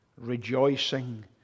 rejoicing